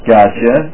Gotcha